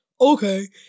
okay